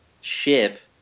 Ship